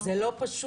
זה לא פשוט.